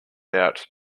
out